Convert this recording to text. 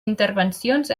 intervencions